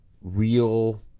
real